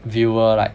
viewer like